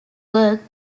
worked